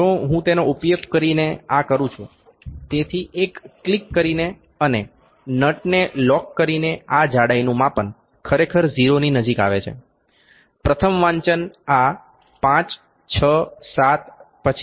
જુઓ હું તેનો ઉપયોગ કરીને આ કરું છું તેથી એક ક્લિક કરીને અને નટને લોક કરીને આ જાડાઇનું માપન ખરેખર 0ની નજીક આવે છે પ્રથમ વાંચન આ 5 6 7 પછી 7